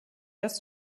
erste